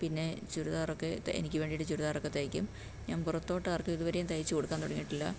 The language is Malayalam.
പിന്നെ ചുരിദാറൊക്കെ എനിക്ക് വേണ്ടിട്ട് ചുരിദാറൊക്കെ തയ്ക്കും ഞാൻ പുറത്തോട്ട് ആർക്കും ഇതുവരേം തയ്ച്ച് കൊടുക്കാൻ തുടങ്ങിട്ടില്ല